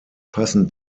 passend